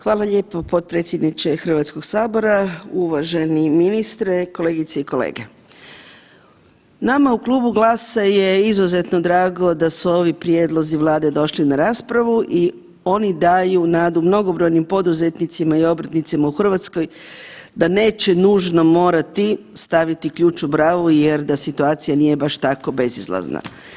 Hvala lijepo potpredsjedniče Hrvatskog sabora, uvaženi ministre kolegice i kolege, nama u Klubu GLAS-a je izuzetno drago da su ovi prijedlozi Vlade došli na raspravu i oni daju nadu mnogobrojnim poduzetnicima i obrtnicima u Hrvatskoj da neće nužno morati staviti ključ u bravu jer da situacija nije baš tako bezizlazna.